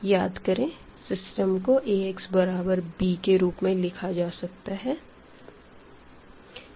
याद करें सिस्टम को Ax बराबर b के रूप में लिखा जा सकते हैं